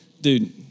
dude